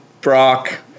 Brock